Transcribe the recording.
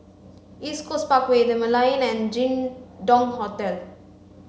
East Coast Parkway The Merlion and Jin Dong Hotel